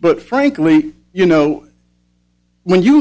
but frankly you know when you